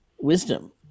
wisdom